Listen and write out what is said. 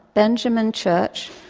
benjamin church,